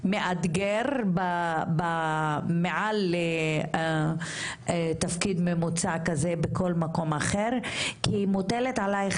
מאתגר מעל תפקיד ממוצע כזה בכל מקום אחר כי מוטלת עלייך